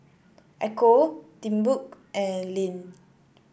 Ecco Timbuk and Lindt